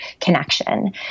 connection